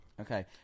Okay